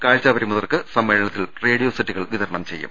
കാഴ്ച്ചാ പരിമിതർക്ക് സമ്മേളനത്തിൽ റേഡിയോ സെറ്റുകൾ വിത രണം ചെയ്യും